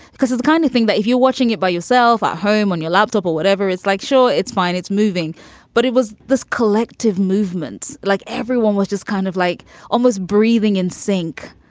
because it's kind of thing that if you're watching it by yourself at home, on your laptop or whatever, it's like, sure, it's fine, it's moving but it was this collective movement, like everyone was just kind of like almost breathing in sync.